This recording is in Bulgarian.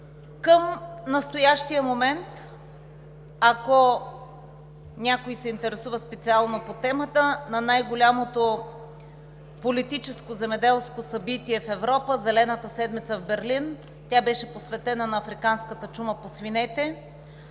Към настоящия момент, ако някой се интересува специално по темата, на най-голямото политическо земеделско събитие в Европа – Зелената седмица в Берлин, посветена на африканската чума по свинете,